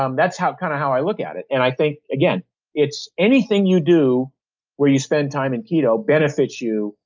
um that's how kind of how i look at it, and i think it's anything you do where you spend time in keto benefits you,